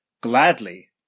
gladly